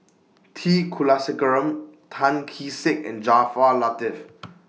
T Kulasekaram Tan Kee Sek and Jaafar Latiff